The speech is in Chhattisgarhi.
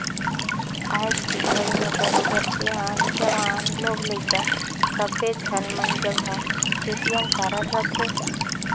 आयज के घरी में बरोबर सियान, जवान, लोग लइका सब्बे झन मन जघा ए.टी.एम कारड रथे